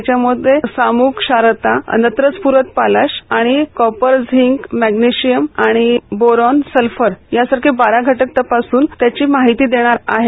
त्यामध्ये सामू श्रारता नव्रस्फूरत पालाश आणि कॉपर झिंक मॅग्नेशियम आणि बोरॉन सल्फर या सारखे बारा घटक तपासून त्याची माहिती देणार आहेत